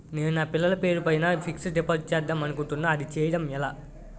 నేను నా పిల్లల పేరు పైన ఫిక్సడ్ డిపాజిట్ చేద్దాం అనుకుంటున్నా అది చేయడం ఎలా?